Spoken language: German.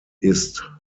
ist